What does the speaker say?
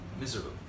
miserable